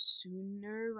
sooner